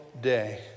day